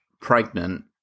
pregnant